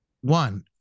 one